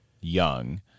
young